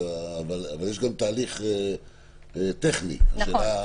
תהליך האפיון הטכני התחיל.